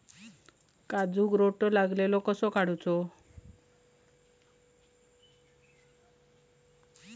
काजूक रोटो लागलेलो कसो काडूचो?